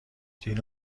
دین